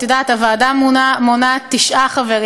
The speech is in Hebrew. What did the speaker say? את יודעת, הוועדה מונה תשעה חברים.